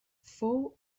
fou